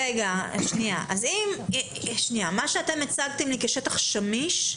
מה שאתם הצגתם לי כשטח שמיש,